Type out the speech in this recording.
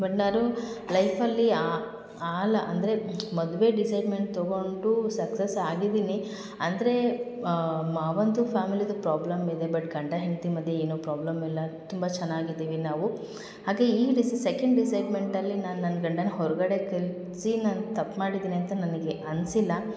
but ನಾನು ಲೈಫಲ್ಲಿ ಆಲ ಅಂದರೆ ಮದುವೆ ಡಿಸೈಡ್ಮೆಂಟ್ ತಗೊಂಡು ಸಕ್ಸಸ್ ಆಗಿದ್ದೀನಿ ಅಂದರೆ ಮಾವಂದು ಫ್ಯಾಮಿಲಿಯದು ಪ್ರಾಬ್ಲಮ್ ಇದೆ ಬಟ್ ಗಂಡ ಹೆಂಡತಿ ಮಧ್ಯೆ ಏನೂ ಪ್ರಾಬ್ಲಮ್ ಇಲ್ಲ ತುಂಬ ಚೆನ್ನಾಗಿ ಇದ್ದೀವಿ ನಾವು ಹಾಗೆ ಈ ರೀತಿ ಸೆಕೆಂಡ್ ಡಿಸೈಡ್ಮೆಂಟ್ಲ್ಲಿ ನಾನು ನನ್ನ ಗಂಡನ್ನ ಹೊರಗಡೆ ಕಳಿಸಿ ನಾನು ತಪ್ಪು ಮಾಡಿದ್ದೀನಿ ಅಂತ ನನಗೆ ಅನಿಸಿಲ್ಲ